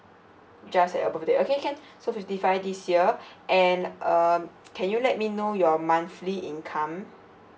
just had your birthday okay can so fifty five this year and um can you let me know your monthly income